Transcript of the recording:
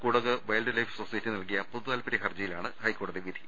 Kodagu wildlife society നൽകിയ പൊതുതാൽപര്യ ഹർജിയിലാണ് ഹൈക്കോടതി വിധി